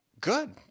Good